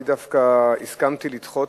אני דווקא הסכמתי לדחות,